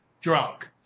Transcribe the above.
drunk